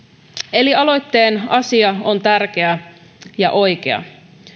eli aloitteen asia on tärkeä ja oikea